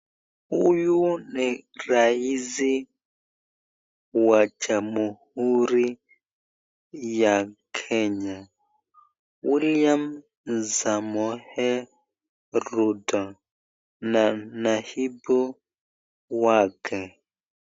Huyu ni raisi wa jamhuri ya Kenya, William Samoei Ruto na naibu wake.